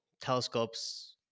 telescopes